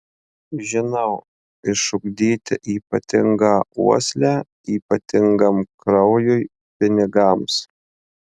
žinau išugdyti ypatingą uoslę ypatingam kraujui pinigams